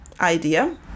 idea